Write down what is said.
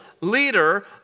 leader